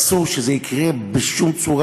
אסור שזה יקרה, בשום צורה.